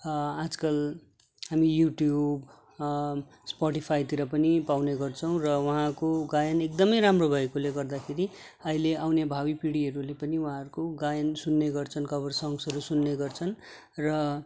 आजकल हामी युट्युब स्पोटिफाइतिर पनि पाउने गर्छौँ र उहाँको गायन एकदमै राम्रो भएकोले गर्दाखेरि अहिले आउने भावी पिँढीहरूले पनि उहाँहरूको गायन सुन्ने गर्छन् कवर सङ्गसहरू सुन्ने गर्छन् र